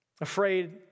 afraid